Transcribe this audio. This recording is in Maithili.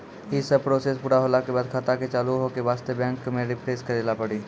यी सब प्रोसेस पुरा होला के बाद खाता के चालू हो के वास्ते बैंक मे रिफ्रेश करैला पड़ी?